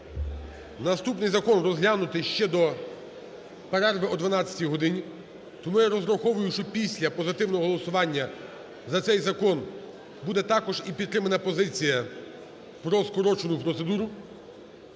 наступний закон розглянути ще до перерви о 12-й годині, тому я розраховую, що після позитивного голосування за цей закон буде також і підтримана позиція про скорочену процедуру.